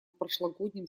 прошлогоднем